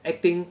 acting